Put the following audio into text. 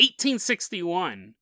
1861